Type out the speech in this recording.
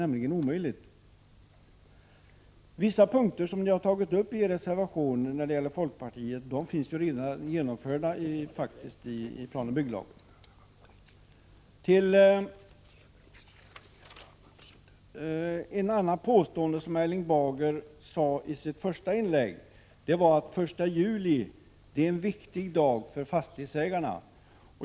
Vissa punkter som folkpartiet har tagit upp i sin reservation finns redan med i planoch bygglagen. Ett annat påstående i Erling Bagers första inlägg var att den 1 juli är en viktig dag för fastighetsägarna.